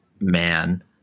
man